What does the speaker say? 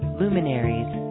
luminaries